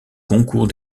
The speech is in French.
goncourt